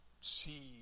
see